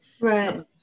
Right